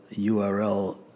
URL